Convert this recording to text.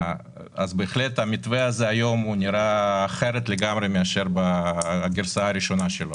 בהחלט המתווה הזה היום נראה אחרת לגמרי מאשר בגרסה הראשונה שלו.